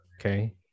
Okay